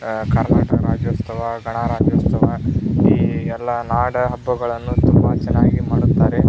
ಕರ್ನಾಟಕ ರಾಜ್ಯೋತ್ಸವ ಗಣರಾಜ್ಯೋತ್ಸವ ಈ ಎಲ್ಲ ನಾಡ ಹಬ್ಬಗಳನ್ನು ತುಂಬ ಚೆನ್ನಾಗಿ ಮಾಡುತ್ತಾರೆ